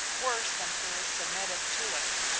worse than fools submitted to it,